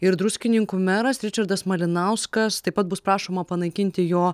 ir druskininkų meras ričardas malinauskas taip pat bus prašoma panaikinti jo